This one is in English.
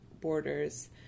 borders